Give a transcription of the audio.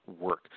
work